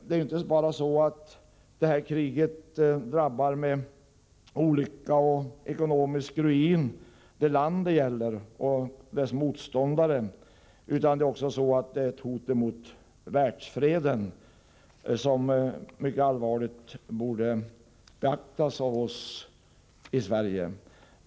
Det här kriget drabbar ju med olycka och ekonomisk ruin inte bara det land det gäller och dess motståndare, utan det är också ett hot mot världsfreden, som mycket allvarligt borde beaktas av oss i Sverige.